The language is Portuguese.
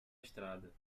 estrada